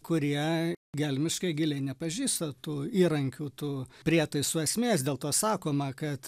kurie gelmiškai giliai nepažįsta tų įrankių tų prietaisų esmės dėl to sakoma kad